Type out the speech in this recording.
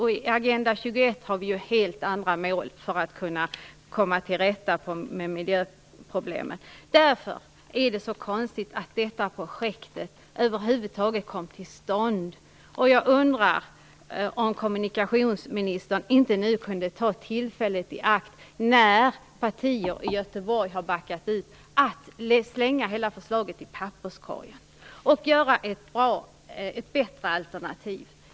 I Agenda 21 har vi helt andra mål för att kunna komma till rätta med miljöproblemen. Därför är det så konstigt att detta projekt över huvud taget kom till stånd. Jag undrar om kommunikationsministern inte kunde ta tillfället i akt nu när partier i Göteborg har backat ut och slänga hela förslaget i papperskorgen och komma med ett bättre alternativ.